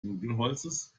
nudelholzes